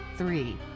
Three